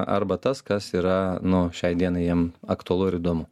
arba tas kas yra nu šiai dienai jiem aktualu ir įdomu